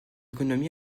économie